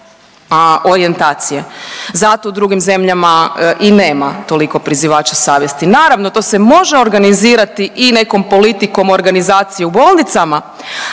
Zato u drugim zemljama i nema toliko prizivača savjesti. Naravno to se može organizirati i nekom politikom organizacije u bolnicama,